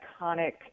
iconic